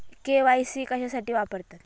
KYC कशासाठी वापरतात?